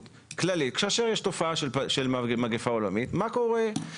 כללית האומרת מה קורה כאשר יש תופעה של מגפה עולמית.